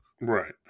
Right